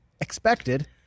expected